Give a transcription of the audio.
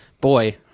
Boy